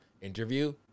interview